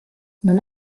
non